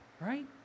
Right